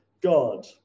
God